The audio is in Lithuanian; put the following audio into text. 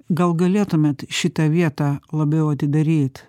gal galėtumėt šitą vietą labiau atidaryt